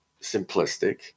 simplistic